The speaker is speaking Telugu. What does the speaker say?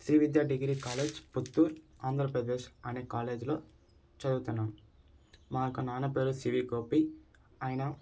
శ్రీవిద్యా డిగ్రీ కాలేజీ పుత్తూర్ ఆంధ్రప్రదేశ్ అనే కాలేజిలో చదువుతున్నాను మా యొక్క నాన్న పేరు సివి గోపి ఆయన